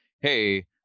Hey